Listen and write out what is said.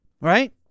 right